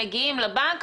הם מגיעים לבנק,